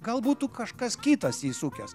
gal būtų kažkas kitas jį sukęs